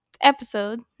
episode